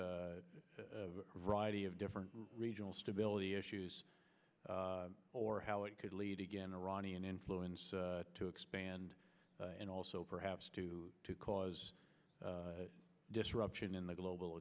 variety of different regional stability issues or how it could lead again iranian influence to expand and also perhaps to cause a disruption in the global